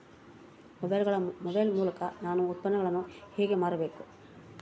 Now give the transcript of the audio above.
Mobile ಮೂಲಕ ನಾನು ಉತ್ಪನ್ನಗಳನ್ನು ಹೇಗೆ ಮಾರಬೇಕು?